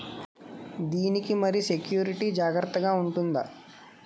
దీని కి మరి సెక్యూరిటీ జాగ్రత్తగా ఉంటుందా?